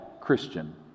Christian